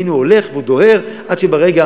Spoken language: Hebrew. והנה הוא הולך והוא דוהר עד שברגע